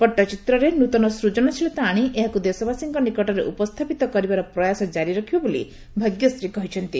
ପଟ୍ଟଚିତ୍ରରେ ନୃତନ ସ୍ଟକନଶୀଳତା ଆଣି ଏହାକୁ ଦେଶବାସୀଙ୍କ ନିକଟରେ ଉପସ୍ଥ୍ୟପିତ କରିବାର ପ୍ରୟାସ ଜାରି ରଖିବେ ବୋଲି ଭାଗ୍ୟଶ୍ରୀ କହିଥିଲେ